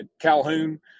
Calhoun